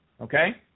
okay